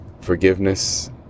forgiveness